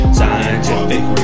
scientific